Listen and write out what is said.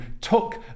took